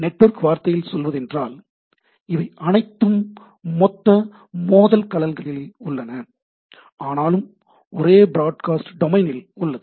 network வார்த்தையில் சொல்வதென்றால் இவை அனைத்தும் வெவ்வேறு மோதல் களங்களில் உள்ளன ஆனாலும் ஒரே பிராட்காஸ்ட் டொமைன் ல் உள்ளது